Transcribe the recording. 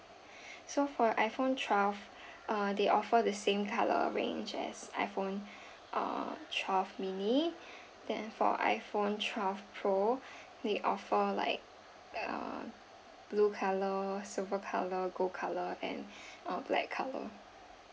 so for iphone twelve uh they offer the same colour range as iphone err twelve mini then for iphone twelve pro they offer like err blue colour silver colour gold colour and uh black colour